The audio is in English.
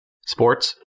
Sports